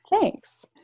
Thanks